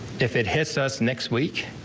if it hits us next week.